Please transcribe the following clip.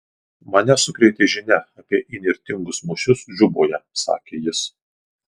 mane sukrėtė žinia apie įnirtingus mūšius džuboje sakė jis